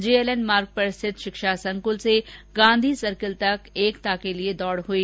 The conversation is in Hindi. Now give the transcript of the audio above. जेएलएन मार्ग पर स्थित शिक्षा संकुल से गांधी सर्किल तक एकता के लिए दौड हई